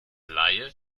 leihe